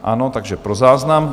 Ano, takže pro záznam.